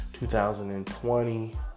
2020